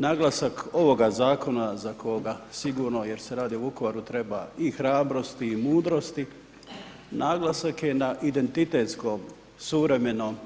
Naglasak ovoga zakona za koga sigurno jer se radi o Vukovaru treba i hrabrosti i mudrosti naglasak je na identitetskom, suvremenom